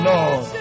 Lord